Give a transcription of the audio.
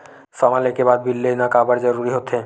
समान ले के बाद बिल लेना काबर जरूरी होथे?